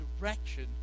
direction